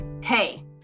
hey